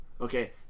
Okay